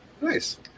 Nice